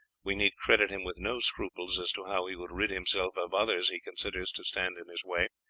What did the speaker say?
we need credit him with no scruples as to how he would rid himself of others he considers to stand in his way.